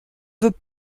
veut